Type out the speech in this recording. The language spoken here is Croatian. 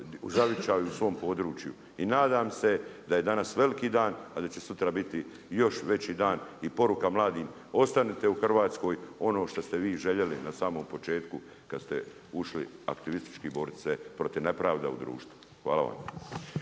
zavičaju, u svom području. I nadam se da je danas veliki dan, a da će sutra biti još veći dan i poruka mladim, ostanite u Hrvatskoj, ono što ste vi željeli na samom početku, kad ste ušli, aktivistički boriti se protiv nepravde u društvu. Hvala vam.